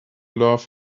love